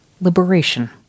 liberation